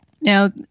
Now